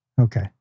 Okay